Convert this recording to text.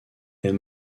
est